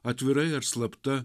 atvirai ar slapta